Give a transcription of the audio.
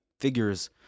figures